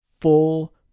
full